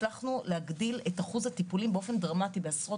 הצלחנו להגדיל את אחוז הטיפולים באופן דרמטי,